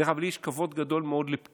דרך אגב, לי יש כבוד גדול מאוד לפקידים,